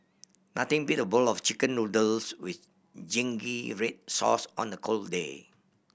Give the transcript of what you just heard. nothing beat a bowl of Chicken Noodles with zingy red sauce on a cold day